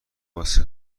واسه